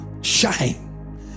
shine